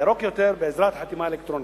ירוק יותר בעזרת חתימה אלקטרונית.